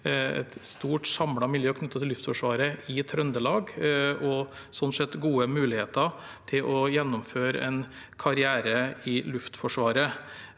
et stort samlet miljø knyttet til Luftforsvaret i Trøndelag og slik sett gode muligheter til å gjennomføre en karriere i Luftforsvaret.